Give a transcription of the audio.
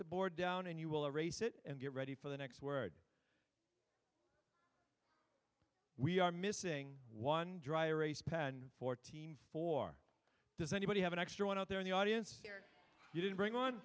the board down and you will erase it and get ready for the next word we are missing one dry erase pen fourteen four does anybody have an extra one out there in the audience here you didn't bring on